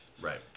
Right